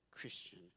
Christian